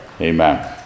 Amen